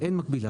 אין מקבילה.